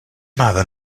matter